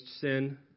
sin